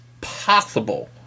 possible